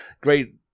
great